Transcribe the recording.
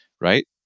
right